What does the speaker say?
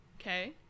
Okay